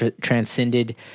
transcended